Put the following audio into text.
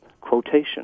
quotation